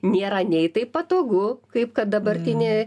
nėra nei taip patogu kaip kad dabartinė